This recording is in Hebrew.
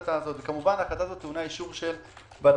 כמובן ההחלטה הזו טעונה אישור ועדת